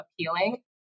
appealing